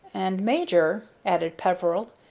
and, major, added peveril,